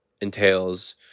entails